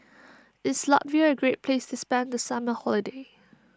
is Latvia a great place to spend the summer holiday